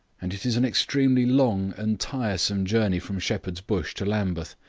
and it is an extremely long and tiresome journey from shepherd's bush to lambeth.